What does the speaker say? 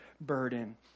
burden